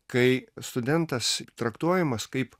kai studentas traktuojamas kaip